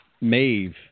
Maeve